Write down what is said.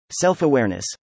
Self-Awareness